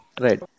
Right